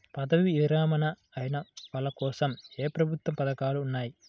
పదవీ విరమణ అయిన వాళ్లకోసం ఏ ప్రభుత్వ పథకాలు ఉన్నాయి?